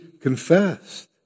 confessed